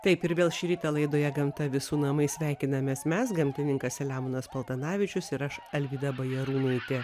taip ir vėl šį rytą laidoje gamta visų namai sveikinamės mes gamtininkas selemonas paltanavičius ir aš alvyda bajarūnaitė